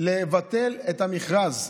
לבטל את המכרז.